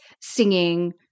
singing